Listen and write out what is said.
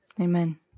amen